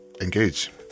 engage